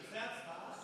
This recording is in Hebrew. תתקיים הצבעה?